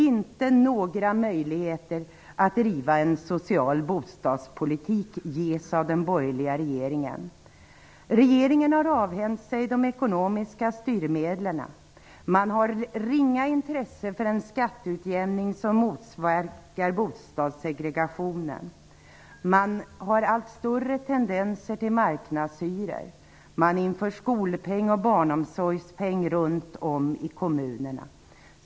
Inte några möjligheter att driva en social bostadspolitik ges av den borgerliga regeringen. Regeringen har avhänt sig de ekonomiska styrmedlen. Man har ringa intresse för en skatteutjämning som motverkar bostadssegregationen. Man visar allt större tendenser att införa marknadshyror. Man inför skolpeng och barnomsorgspeng runt om i kommunerna.